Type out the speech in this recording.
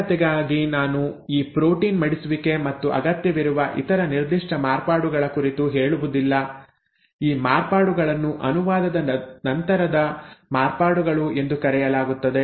ಸರಳತೆಗಾಗಿ ನಾನು ಈ ಪ್ರೋಟೀನ್ ಮಡಿಸುವಿಕೆ ಮತ್ತು ಅಗತ್ಯವಿರುವ ಇತರ ನಿರ್ದಿಷ್ಟ ಮಾರ್ಪಾಡುಗಳ ಕುರಿತು ಹೇಳುವುದಿಲ್ಲ ಈ ಮಾರ್ಪಾಡುಗಳನ್ನು ಅನುವಾದದ ನಂತರದ ಮಾರ್ಪಾಡುಗಳು ಎಂದು ಕರೆಯಲಾಗುತ್ತದೆ